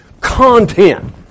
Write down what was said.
content